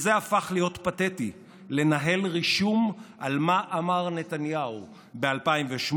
זה הפך להיות פתטי לנהל רישום על מה אמר נתניהו ב-2008,